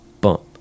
Bump